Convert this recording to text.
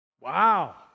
Wow